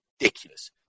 ridiculous